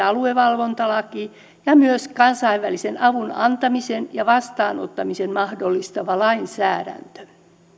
aluevalvontalaki ja myös kansainvälisen avun antamisen ja vastaanottamisen mahdollistava lainsäädäntö